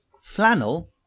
flannel